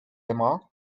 aimera